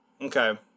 Okay